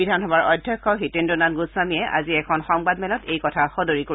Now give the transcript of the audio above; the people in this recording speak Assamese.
বিধানসভাৰ অধ্যক্ষ হিতেন্দ্ৰ নাথ গোস্বামীয়ে আজি এখন সংবাদ মেলত আজি এই কথা সদৰি কৰে